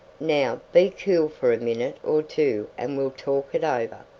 now, be cool for a minute or two and we'll talk it over.